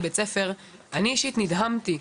אני חייב להודות,